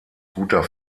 guter